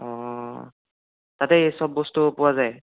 অ' তাতে চব বস্তু পোৱা যায়